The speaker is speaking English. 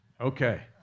Okay